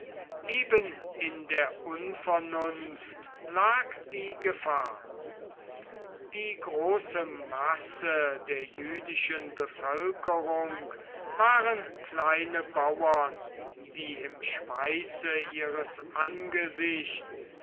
eben in der unvernunft lag die gefahr die große masse der jüdischen bevölkerung waren kleine bauern die im schweiße ihres angesichts